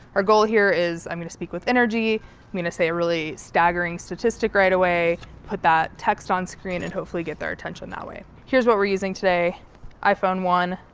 our goal here is i'm going to speak with energy i'm going to say a really staggering statistic right away put that text on screen and hopefully get their attention that way. here's what we're using today iphone, one,